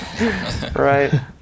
Right